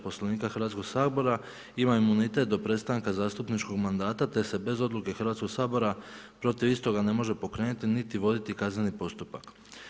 Poslovnika Hrvatskog sabora, ima imunitet do prestanka zastupničkog mandata, te se bez odluke Hrvatskog sabora protiv istoga ne može pokrenuti niti voditi kazneni postupak.